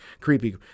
creepy